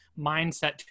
mindset